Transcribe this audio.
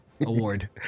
Award